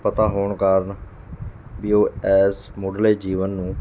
ਪਤਾ ਹੋਣ ਕਾਰਨ ਵੀ ਉਹ ਇਸ ਮੁੱਢਲੇ ਜੀਵਨ ਨੂੰ